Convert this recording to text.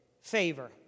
favor